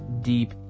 deep